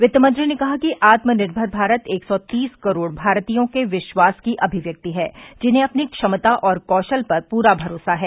वित्त मंत्री ने कहा कि आत्मनिर्भर भारत एक सौ तीस करोड़ भारतीयों के विश्वास की अभिव्यक्ति है जिन्हें अपनी क्षमता और कौशल पर पूरा भरोसा है